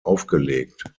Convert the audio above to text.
aufgelegt